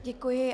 Děkuji.